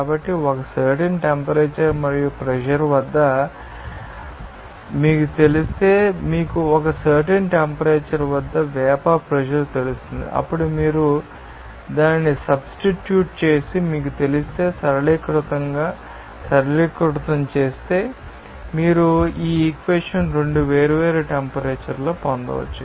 కాబట్టి ఒక certain temperature మరియు ప్రెషర్ వద్ద మీకు తెలిస్తే మీకు ఒక సర్టెన్ టెంపరేచర్ వద్ద వేపర్ ప్రెషర్ తెలుసు అప్పుడు మీరు దానిని సబ్స్టిట్యూట్ చేసి మీకు తెలిస్తే సరళీకృతం చేస్తే మీరు ఈ ఈక్వేషన్ 2 వేర్వేరు టెంపరేచర్లో పొందవచ్చు